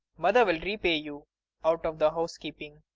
mother will repay you out of the housekeeping,